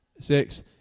six